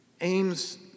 aims